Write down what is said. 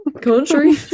country